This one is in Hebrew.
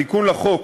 התיקון לחוק